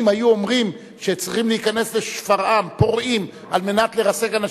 אם היום אומרים שצריכים להיכנס לשפרעם פורעים על מנת לרסק אנשים,